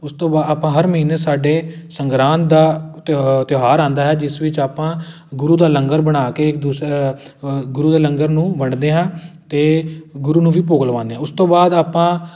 ਉਸ ਤੋਂ ਬਾ ਆਪਾਂ ਹਰ ਮਹੀਨੇ ਸਾਡੇ ਸੰਗਰਾਂਦ ਦਾ ਤਿਉ ਤਿਉਹਾਰ ਆਉਂਦਾ ਹੈ ਜਿਸ ਵਿੱਚ ਆਪਾਂ ਗੁਰੂ ਦਾ ਲੰਗਰ ਬਣਾ ਕੇ ਇੱਕ ਦੂਸ ਗੁਰੂ ਦੇ ਲੰਗਰ ਨੂੰ ਵੰਡਦੇ ਹਾਂ ਅਤੇ ਗੁਰੂ ਨੂੰ ਵੀ ਭੋਗ ਲਵਾਉਦੇ ਹਾਂ ਉਸ ਤੋਂ ਬਾਅਦ ਆਪਾਂ